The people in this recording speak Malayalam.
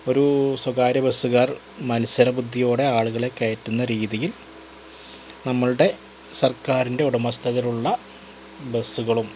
ഒരു സ്വകാര്യ ബസുകാർ മത്സര ബുദ്ധിയോടെ ആളുകളെ കയറ്റുന്ന രീതിയിൽ നമ്മളുടെ സർക്കാരിൻ്റെ ഉടമസ്ഥതയിലുള്ള ബസുകളും